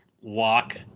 walk